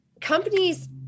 companies